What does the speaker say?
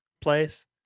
place